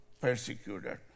persecuted